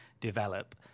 develop